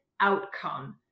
outcome